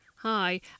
Hi